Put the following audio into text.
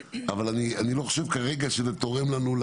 אבל אני לא חושב שזה תורם לנו,